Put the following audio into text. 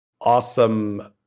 awesome